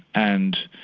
and